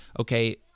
okay